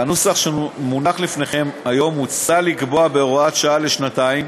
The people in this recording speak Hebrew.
בנוסח שמונח לפניכם היום מוצע לקבוע בהוראת שעה לשנתיים